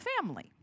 family